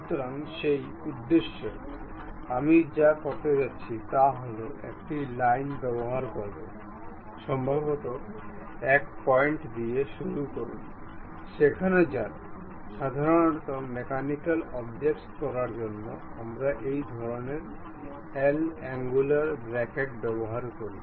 সুতরাং সেই উদ্দেশ্যে আমি যা করতে যাচ্ছি তা হল একটি লাইন ব্যবহার করবো সম্ভবত এক পয়েন্ট দিয়ে শুরু করুন সেখানে যান সাধারণত মেকানিক্যাল অবজেক্ট করার জন্য আমরা এই ধরনের এল অ্যাঙ্গুলার ব্রাকেট ব্যবহার করি